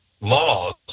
laws